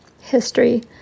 history